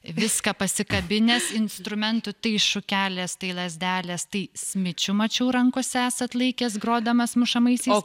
viską pasikabinęs instrumentų tai šukelės tai lazdelės tai smičių mačiau rankos esat laikęs grodamas mušamaisiais